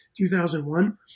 2001